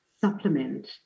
supplement